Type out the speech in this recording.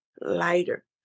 lighter